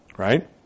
Right